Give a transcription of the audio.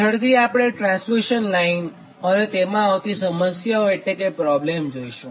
પાછળથી આપણે transmission line અને તેમાં આવતી સમસ્યાઓ એટલે કે પ્રોબ્લેમ જોઈશું